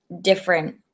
different